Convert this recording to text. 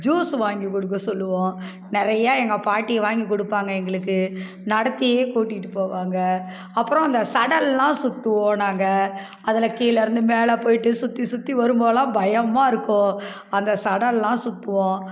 juice வாங்கி கொடுக்க சொல்லுவோம் நிறைய எங்கள் பாட்டி வாங்கி கொடுப்பாங்க எங்களுக்கு நடத்தியே கூட்டிட்டு போவாங்க அப்பறம் அந்த சடல்லாம் சுற்றுவோம் நாங்கள் அதில் கீழருந்து மேல போய்ட்டு சுற்றி சுற்றி வரும்போதெல்லாம் பயமாருக்கும் அந்த சடோலாம் சுத்துவோம்